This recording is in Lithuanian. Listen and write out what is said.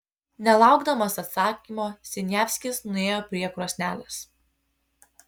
nelaukdamas atsakymo siniavskis nuėjo prie krosnelės